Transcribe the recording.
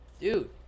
dude